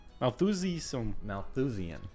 Malthusian